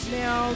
now